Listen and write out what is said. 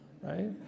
right